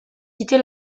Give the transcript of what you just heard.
quitté